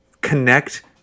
connect